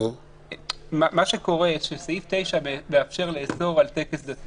מה שקורה, שסעיף 9 מאפשר לאסור על טקס דתי